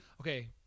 okay